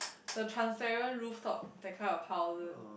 the transparent roof top that kind of houses